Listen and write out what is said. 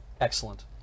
Excellent